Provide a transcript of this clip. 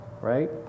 right